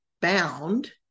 bound